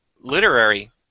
literary